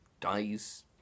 dies